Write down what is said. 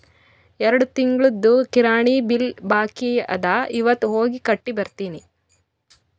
ಎರಡು ತಿಂಗುಳ್ದು ಕಿರಾಣಿ ಬಿಲ್ ಬಾಕಿ ಅದ ಇವತ್ ಹೋಗಿ ಕಟ್ಟಿ ಬರ್ತಿನಿ